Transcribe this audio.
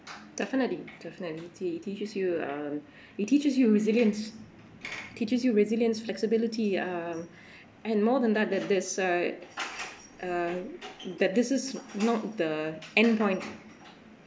definitely definitely he teaches you um he teaches you resilience teaches you resilience flexibility um and more than that that this side uh that this is not the end point